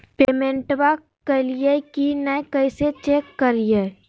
पेमेंटबा कलिए की नय, कैसे चेक करिए?